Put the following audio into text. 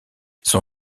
son